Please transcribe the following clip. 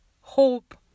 hope